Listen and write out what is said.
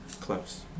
Close